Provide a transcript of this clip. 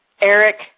Eric